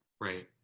Right